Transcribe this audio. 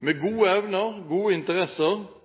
De har gode evner og gode interesser,